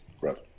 brother